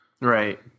Right